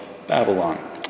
Babylon